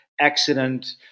accident